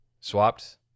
swapped